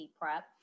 prep